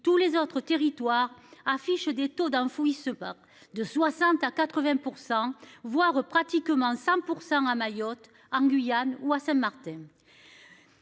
tous les autres territoires affichent des taux d'un fouillis se de 60 à 80%. Pratiquement 5% à Mayotte en Guyane ou à Saint-Martin.